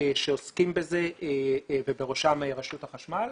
שעוסקים בזה ובראשם רשות החשמל.